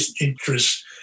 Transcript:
interests